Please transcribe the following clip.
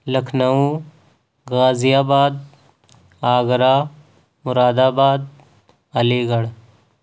Lucknow Ghaziabad Agra Moradabad Ali Garh